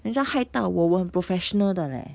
等下害到我我很 professional 的 leh